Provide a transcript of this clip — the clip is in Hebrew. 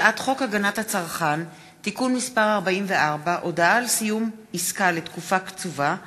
הצעת חוק הגנת הצרכן (תיקון מס' 44) (הודעה על סיום עסקה לתקופה קצובה),